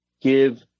give